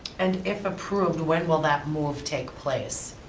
and if approved, when will that move take place?